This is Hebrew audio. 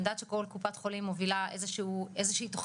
אני יודעת שכל קופת חולים מובילה איזו שהיא תכנית